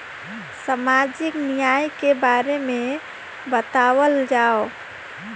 सामाजिक न्याय के बारे में बतावल जाव?